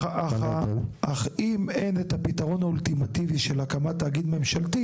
אם אין את הפתרון האולטימטיבי של הקמת תאגיד ממשלתי